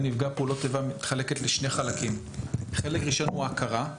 נפגע פעולות איבה מתחלקת לשני חלקים: חלק ראשון הוא ההכרה,